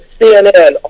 CNN